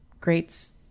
greats